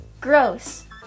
Gross